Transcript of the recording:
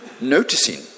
Noticing